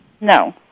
No